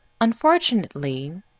Unfortunately